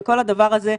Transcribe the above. וכל הדבר הזה,